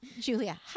Julia